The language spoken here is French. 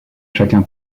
chacun